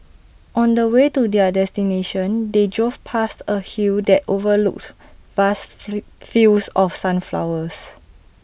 on the way to their destination they drove past A hill that overlooked vast fields of sunflowers